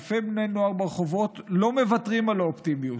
אלפי בני נוער ברחובות לא מוותרים על האופטימיות,